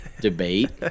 debate